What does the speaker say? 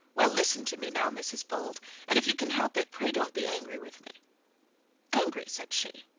well, listen to me now, mrs bold and if you can help it, pray don't be angry with me angry! said she.